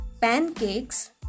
pancakes